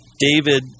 David